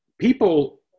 people